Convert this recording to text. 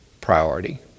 priority